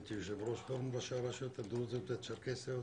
הייתי יושב-ראש פורום ראשי הרשויות הדרוזיות והצ'רקסיות,